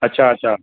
अच्छा अच्छा